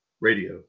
Radio